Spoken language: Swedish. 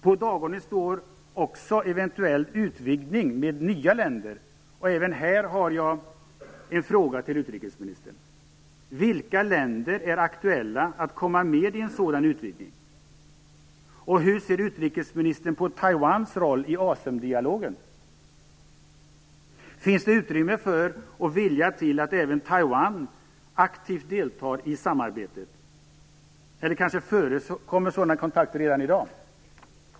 På dagordningen står också eventuell utvidgning med nya länder. Och även här har jag några frågor till utrikesministern. Vilka länder är aktuella för att komma med i en sådan utvidgning? Och hur ser utrikesministern på Taiwans roll i ASEM-dialogen? Finns det utrymme för och en vilja till att även Taiwan aktivt deltar i detta samarbete? Eller förekommer kanske sådana kontakter redan i dag?